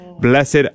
Blessed